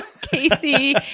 Casey